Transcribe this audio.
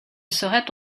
seraient